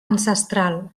ancestral